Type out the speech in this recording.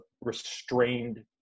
restrained